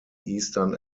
eastern